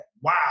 wow